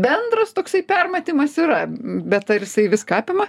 bendras toksai per matymas yra bet ar jisai viską apima